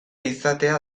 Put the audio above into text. izatea